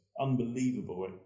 unbelievable